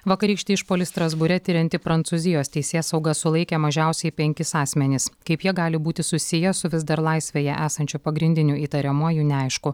vakarykštį išpuolį strasbūre tirianti prancūzijos teisėsauga sulaikė mažiausiai penkis asmenis kaip jie gali būti susiję su vis dar laisvėje esančiu pagrindiniu įtariamuoju neaišku